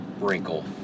wrinkle